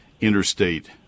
Interstate